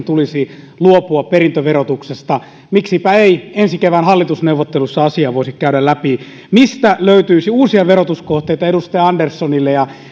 tulisi luopua perintöverotuksesta miksipä ei ensi kevään hallitusneuvotteluissa asiaa voisi käydä läpi mistä löytyisi uusia verotuskohteita edustaja anderssonille ja